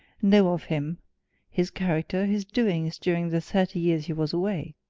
know of him his character, his doings during the thirty years he was away?